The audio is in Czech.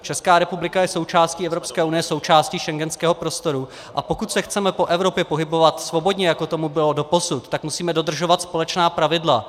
Česká republika je součástí Evropské unie, součástí schengenského prostoru, a pokud se chceme po Evropě pohybovat svobodně, jako tomu bylo doposud, tak musíme dodržovat společná pravidla.